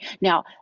Now